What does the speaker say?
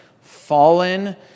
fallen